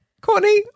Courtney